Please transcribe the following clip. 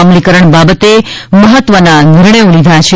અમલીકરણ બાબતે મહત્વના નિર્ણયો લીધા છે